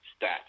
stats